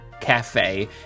Cafe